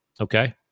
okay